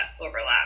overlap